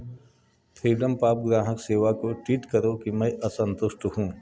freedom Pop ग्राहक सेवा को ट्वीट करो कि मैं असंतुष्ट हूँ